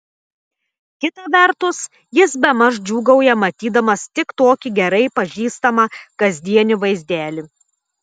kita vertus jis bemaž džiūgauja matydamas tik tokį gerai pažįstamą kasdienį vaizdelį